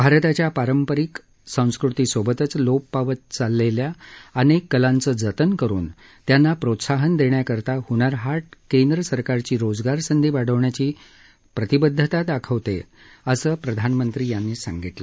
भारताच्या पारंपारिक संस्कृतीसोबतच लोप पावत असलेल्या अनेक कलांचं जतन करुन त्यांना प्रोत्साहन देण्याकरता हुनरहाट केंद्र सरकारची रोजगार संधी वाढवण्याची प्रतिबद्धता दाखवते असं प्रधानमंत्री म्हणाले